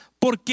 porque